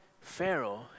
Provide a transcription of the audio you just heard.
Pharaoh